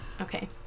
Okay